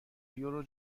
یورو